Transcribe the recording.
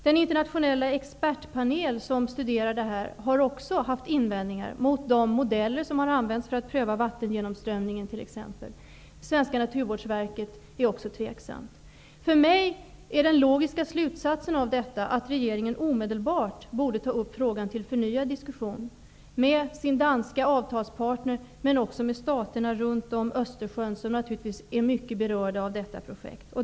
Den internationella expertpanel som studerar detta har också haft invändningar mot de modeller som har använts för att pröva t.ex. vattengenomströmningen. Svenska naturvårdsverket är också tveksamt. För mig är den logiska slutsatsen av detta att regeringen omedelbart borde ta upp frågan för förnyad diskussion med sin danska avtalspartner men också med staterna runt Östersjön som naturligtvis är mycket berörda av detta projekt.